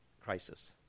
crisis